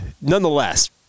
nonetheless